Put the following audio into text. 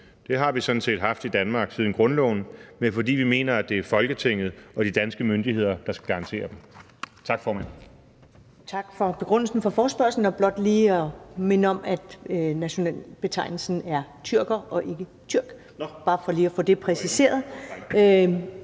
det har vi sådan set haft i Danmark siden grundloven – men fordi vi mener, at det er Folketinget og de danske myndigheder, der skal garantere dem. Tak, formand. Kl. 13:19 Første næstformand (Karen Ellemann): Tak for begrundelsen for forespørgslen. Jeg vil blot lige minde om, at nationalitetsbetegnelsen er tyrker og ikke tyrk – bare for lige at få det præciseret.